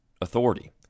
authority